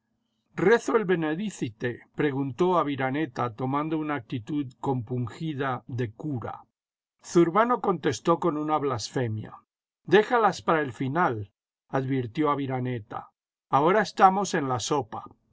rezo el benedícite preguntó aviraneta tomando una actitud compungida de cura zurbano contestó con lina blasfemia déjalas para el final advirtió aviraneta ahora estamos en la sopa